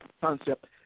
concept